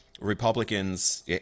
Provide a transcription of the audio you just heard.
Republicans